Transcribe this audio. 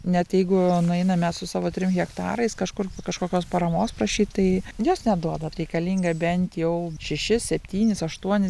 net jeigu nueinam mes su savo trim hektarais kažkur kažkokios paramos prašyt tai jos neduoda reikalinga bent jau šešis septynis aštuonis